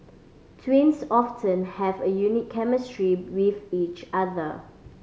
twins often have a unique chemistry with each other